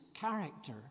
character